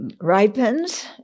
ripens